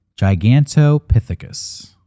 Gigantopithecus